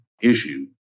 issue